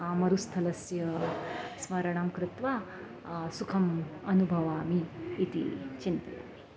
मरुस्थलस्य स्मरणं कृत्वा सुखम् अनुभवामि इति चिन्तयामि